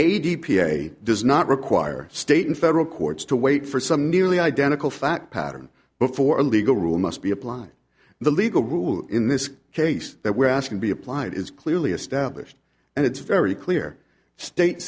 a does not require state and federal courts to wait for some nearly identical fact pattern before a legal rule must be applied the legal rule in this case that we're asking be applied is clearly established and it's very clear state